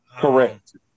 Correct